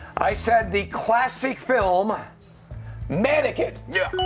i said the classic film mannequin. yeah.